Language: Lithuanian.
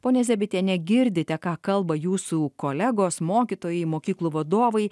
pone zebitiene girdite ką kalba jūsų kolegos mokytojai mokyklų vadovai